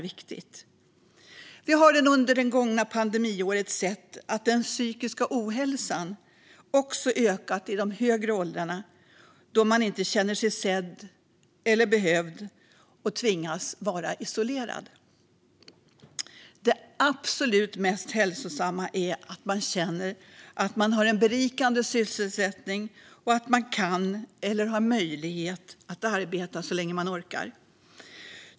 Vi har under det gångna pandemiåret sett att den psykiska ohälsan ökat i de högre åldrarna, då man inte känt sig sedd eller behövd och tvingats vara isolerad. Det absolut mest hälsosamma är att man känner att man har en berikande sysselsättning och har möjlighet att arbeta så länge man orkar.